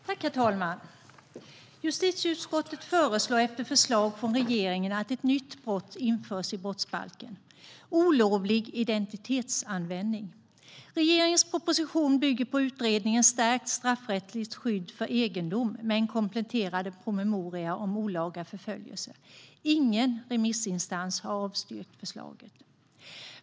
Herr talman! Justitieutskottet föreslår efter förslag från regeringen att ett nytt brott införs i brottsbalken: olovlig identitetsanvändning. Regeringens proposition bygger på utredningen Stärkt straffrättsligt skydd för egendom med en kompletterande promemoria om olaga förföljelse. Ingen remissinstans har avstyrkt förslaget.